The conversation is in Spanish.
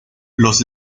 los